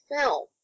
film